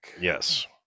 Yes